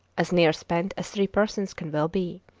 as near spent as three persons can well be.